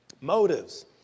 motives